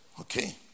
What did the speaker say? okay